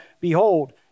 behold